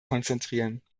konzentrieren